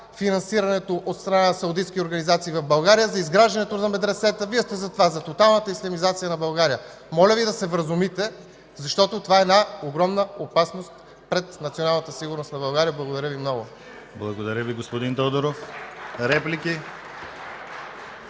„за” финансирането от страна на саудитски организации в България, за изграждането на медресета, Вие сте за тоталната ислямизация на България. Моля Ви да се вразумите, защото това е една огромна опасност пред националната сигурност на България. Благодаря Ви много. (Ръкопляскания от „Атака”.)